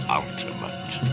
ultimate